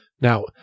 now